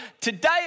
today